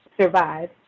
survive